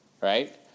right